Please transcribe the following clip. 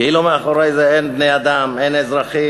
כאילו מאחורי זה אין בני-אדם, אין אזרחים,